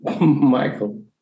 Michael